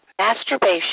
masturbation